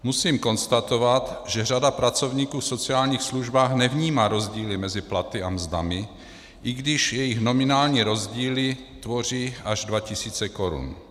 Musím konstatovat, že řada pracovníků v sociálních službách nevnímá rozdíly mezi platy a mzdami, i když jejich nominální rozdíly tvoří až 2 tisíce korun.